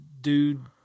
dude